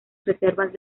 reservas